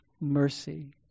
mercy